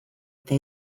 eta